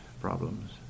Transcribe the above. problems